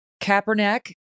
Kaepernick